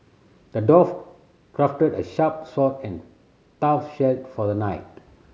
the dwarf crafted a sharp sword and tough shield for a knight